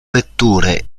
vetture